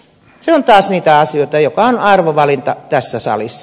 se on taas niitä asioita jotka ovat arvovalintoja tässä salissa